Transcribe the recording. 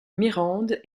mirande